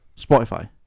Spotify